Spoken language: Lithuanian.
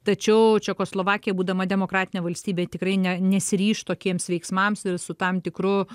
tačiau čekoslovakija būdama demokratinė valstybė tikrai ne nesiryš tokiems veiksmams ir su tam tikru